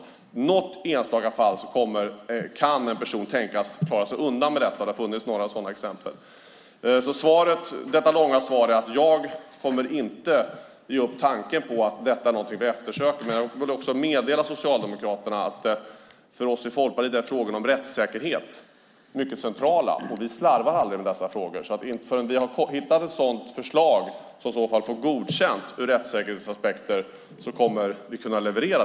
I något enstaka fall kan en person tänkas klara sig undan med detta. Det har funnits några sådana exempel. Slutet på detta långa svar är: Jag kommer inte att ge upp tanken på att detta är något som vi eftersöker. Men jag borde också meddela Socialdemokraterna att för oss i Folkpartiet är frågorna om rättssäkerhet mycket centrala, och vi slarvar aldrig med dessa frågor. Vi kommer inte att kunna leverera ett förslag förrän vi har hittat ett förslag som får godkänt ur rättssäkerhetsaspekt.